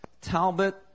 Talbot